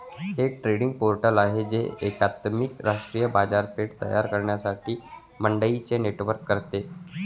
एक trading portal आहे जे एकात्मिक राष्ट्रीय बाजारपेठ तयार करण्यासाठी मंडईंचे नेटवर्क करते